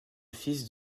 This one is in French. fils